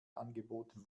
angeboten